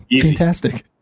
Fantastic